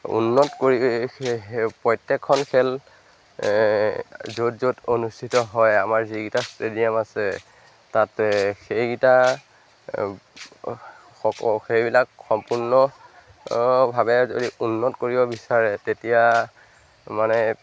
উন্নত কৰি সেই প্ৰত্যেকখন খেল য'ত য'ত অনুষ্ঠিত হয় আমাৰ যিকেইটা ষ্টেডিয়াম আছে তাতে সেইকেইটা সেইবিলাক সম্পূৰ্ণভাৱে যদি উন্নত কৰিব বিচাৰে তেতিয়া মানে